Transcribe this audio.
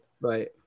Right